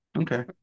Okay